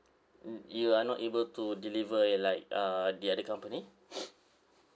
um you are not able to deliver it like uh the other company